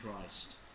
Christ